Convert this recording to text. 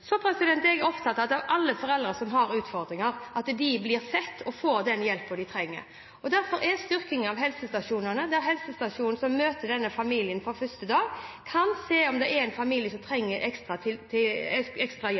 Så er jeg opptatt av at alle foreldre som har utfordringer, blir sett og får den hjelpen de trenger. Derfor er styrking av helsestasjonene viktig – det er helsestasjonene som møter familier fra første dag og kan se om det er familier som trenger ekstra